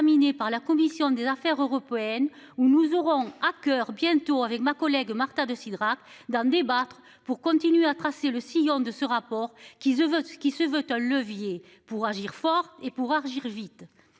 examiné par la commission des Affaires européennes où nous aurons à coeur bientôt avec ma collègue Marta de Cidrac d'en débattre pour continuer à tracer le sillon de ce rapport qui se veut, qui se veut un levier pour agir fort et pour argile vite